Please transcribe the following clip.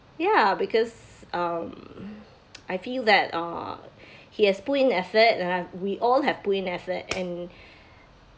ya because um I feel that uh he has put in effort ah we all have put in effort and